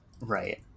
right